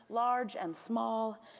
large and small,